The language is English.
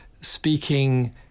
speaking